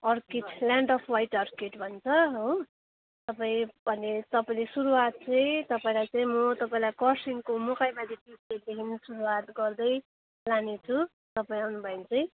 orchid land of white orchid भन्छ हो तपाईँ भने तपाईँले सुरुवात चाहिँ तपाईँलाई चाहिँ म तपाईँलाई कर्सियाङको मकैबारी टी एस्टेटदेखिन् सुरुवात गर्दै लानेछु तपाईँ अउनुभयो भने चाहिँ